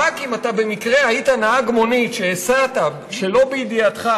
אך אם אתה במקרה היית נהג מונית והסעת שלא בידיעתך